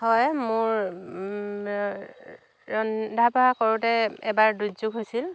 হয় মোৰ ৰন্ধা বঢ়া কৰোঁতে এবাৰ দুৰ্যোগ হৈছিল